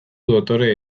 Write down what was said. dotore